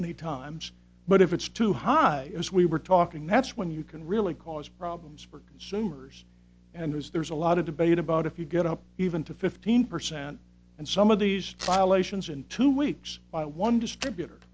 many times but if it's too high as we were talking that's when you can really cause problems for consumers and there's there's a lot of debate about if you get up even to fifteen percent and some of these file ations in two weeks by one distributor